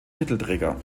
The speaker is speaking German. titelträger